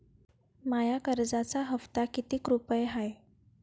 माया कर्जाचा हप्ता कितीक रुपये हाय?